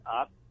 up